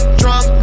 drunk